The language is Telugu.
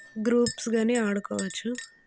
గ్రూప్స్ కానీ ఆడుకోవచ్చు